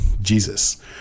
jesus